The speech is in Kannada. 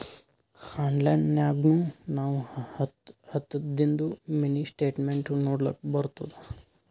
ಆನ್ಲೈನ್ ನಾಗ್ನು ನಾವ್ ಹತ್ತದಿಂದು ಮಿನಿ ಸ್ಟೇಟ್ಮೆಂಟ್ ನೋಡ್ಲಕ್ ಬರ್ತುದ